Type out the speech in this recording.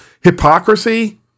Hypocrisy